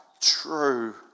true